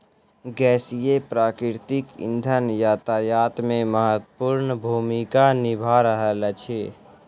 गैसीय प्राकृतिक इंधन यातायात मे महत्वपूर्ण भूमिका निभा रहल अछि